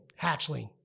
hatchling